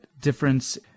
difference